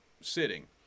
sitting